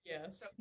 Yes